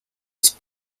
its